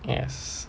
yes